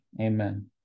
Amen